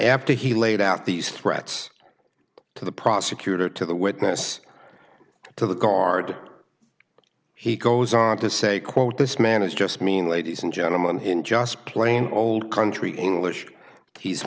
after he laid out these threats to the prosecutor to the witness to the guard he goes on to say quote this man is just mean ladies and gentlemen in just plain old country english he's